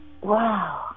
Wow